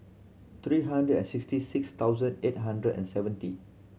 three hundred and sixty six thousand eight hundred and seventy